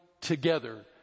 together